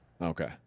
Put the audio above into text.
Okay